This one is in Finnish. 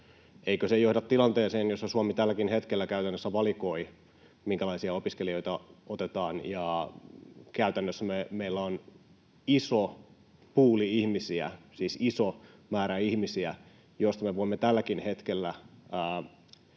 Eikö se johda tilanteeseen, jossa Suomi tälläkin hetkellä käytännössä valikoi, minkälaisia opiskelijoita otetaan? Käytännössä meillä on iso pooli ihmisiä, siis iso määrä ihmisiä, joista me voimme tälläkin hetkellä